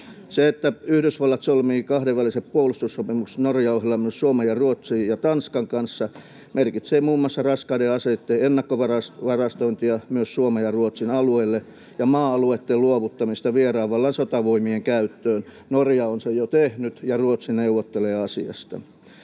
Se, että Yhdysvallat solmii kahdenvälisen puolustussopimuksen Norjan ohella myös Suomen ja Ruotsin ja Tanskan kanssa, merkitsee muun muassa raskaiden aseitten ennakkovarastointia myös Suomen ja Ruotsin alueelle ja maa-alueitten luovuttamista vieraan vallan sotavoimien käyttöön. Norja on sen jo tehnyt, ja Ruotsi neuvottelee asiasta.